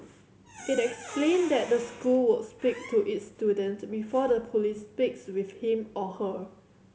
it explained that the school would speak to its student before the police speaks with him or her